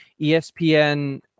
ESPN